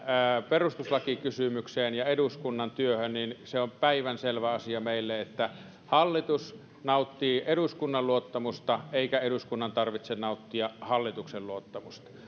perustuslakikysymykseen ja eduskunnan työhön niin se on päivänselvä asia meille että hallitus nauttii eduskunnan luottamusta eikä eduskunnan tarvitse nauttia hallituksen luottamusta